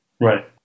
Right